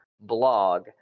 blog